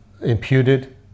imputed